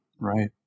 Right